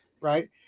right